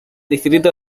distrito